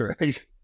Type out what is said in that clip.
right